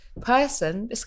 person